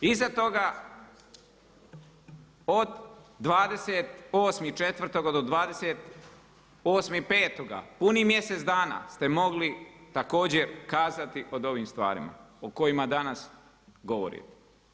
Iza toga od 28.4. do 28.5. puni mjesec dana ste mogli također kazati o ovim stvarima o kojima danas govorimo.